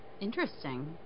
Interesting